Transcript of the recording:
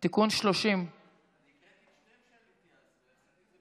(תיקון מס' 30). יציג את התקנות סגן שר הבריאות יואב קיש.